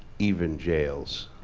even jails.